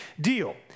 deal